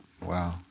Wow